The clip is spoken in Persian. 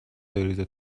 بریزه